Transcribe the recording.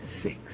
six